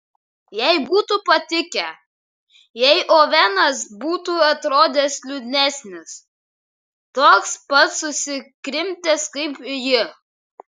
jai būtų patikę jei ovenas būtų atrodęs liūdnesnis toks pat susikrimtęs kaip ji